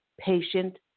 Patient